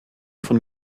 von